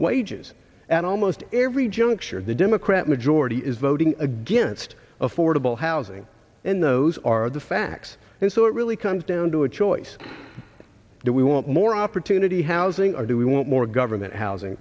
wages at almost every juncture the democrat majority he is voting against affordable housing and those are the facts and so it really comes down to a choice do we want more opportunity housing or do we want more government housing